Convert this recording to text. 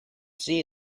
see